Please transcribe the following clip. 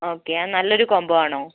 okay അത് നല്ലൊരു combo ആണോ